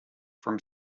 from